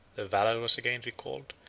their valor was again recalled,